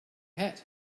hat